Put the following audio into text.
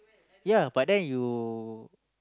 ya but then you